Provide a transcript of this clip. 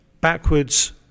backwards